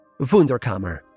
wunderkammer